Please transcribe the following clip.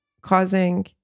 causing